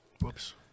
Whoops